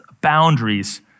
boundaries